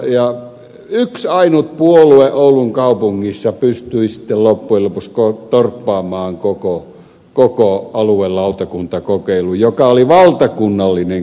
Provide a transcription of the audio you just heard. ja yksi ainut puolue oulun kaupungissa pystyi sitten loppujen lopuksi torppaamaan koko aluelautakuntakokeilun joka oli valtakunnallinen kokeilu